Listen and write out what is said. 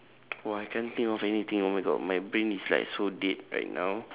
oh I can't think of anything oh my god my brain is like so dead right now